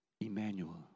Emmanuel